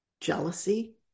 jealousy